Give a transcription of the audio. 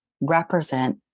represent